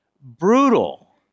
brutal